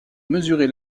mesurer